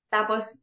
Tapos